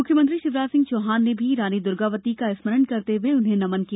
मुख्यमंत्री शिवराज सिंह चौहान ने रानी दुर्गावती को स्मरण करते हुए उन्हें नमन किया